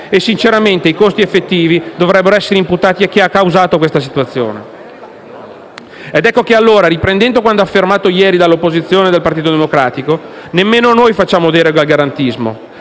E, sinceramente, i costi effettivi dovrebbero essere imputati a chi ha causato questa situazione. *(Applausi dal Gruppo L-SP e M5S)*. Ecco che, allora, riprendendo quanto affermato ieri dall'opposizione del Partito Democratico, nemmeno noi facciamo deroghe al garantismo,